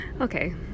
Okay